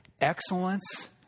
excellence